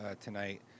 tonight